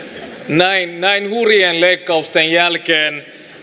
näin näin hurjien leikkausten jälkeen